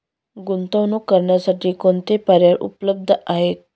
गुंतवणूक करण्यासाठी कोणते पर्याय उपलब्ध आहेत?